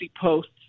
posts